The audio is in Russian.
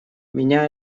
меня